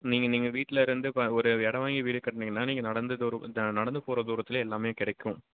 நீங்கள் நீங்கள் வீட்டில இருந்து இப்போ ஒரு இடம் வாங்கி வீடு கட்டினீங்கன்னா நீங்கள் நடந்த தூரம் நடந்துப் போகற தூரத்துலியே எல்லாமே கிடைக்கும்